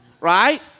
Right